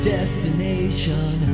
Destination